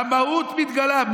רמאות מתגלה.